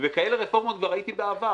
ובכאלה רפורמות כבר הייתי בעבר,